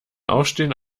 aufstehen